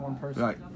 Right